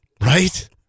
right